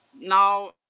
now